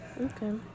Okay